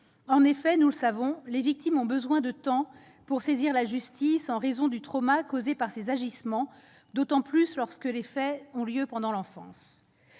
En effet, nous le savons, les victimes ont besoin de temps pour saisir la justice en raison du traumatisme causé par ces agissements, d'autant plus lorsque les faits ont lieu durant l'enfance.